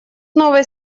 новой